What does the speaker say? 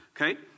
Okay